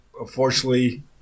Unfortunately